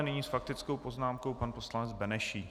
Nyní s faktickou poznámkou pan poslanec Benešík.